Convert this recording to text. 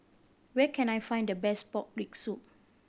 where can I find the best pork rib soup